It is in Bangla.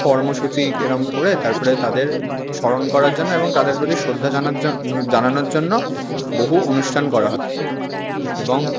কর্মসূচী এরকম করে তারপরে তাদের স্মরণ করার জন্য এবং তাদের প্রতি শ্রদ্ধা জানার জন্য জানানোর জন্য বহু অনুষ্ঠান করা হয় এবং